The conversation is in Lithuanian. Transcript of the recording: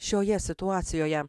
šioje situacijoje